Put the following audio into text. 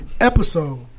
Episode